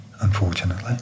unfortunately